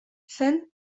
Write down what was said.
sen